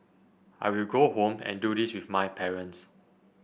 I will go home and do this with my parents